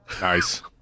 nice